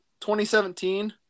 2017